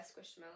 Squishmallow